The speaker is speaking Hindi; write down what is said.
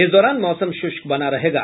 इस दौरान मौसम शुष्क बना रहेगा